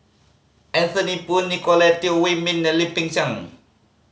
Anthony Poon Nicolette Teo Wei Min and Lim Peng Siang